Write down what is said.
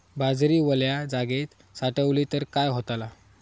बाजरी वल्या जागेत साठवली तर काय होताला?